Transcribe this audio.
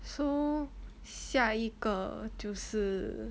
so 下一个就是